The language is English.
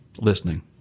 listening